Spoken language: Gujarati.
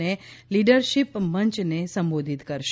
અને લીડરશીપ મંચને સંબોધિત કરશે